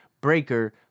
Breaker